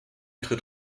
tritt